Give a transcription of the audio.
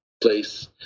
place